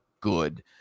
good